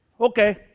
Okay